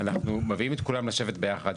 אנחנו מביאים את כולם לשבת ביחד,